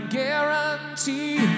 guarantee